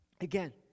Again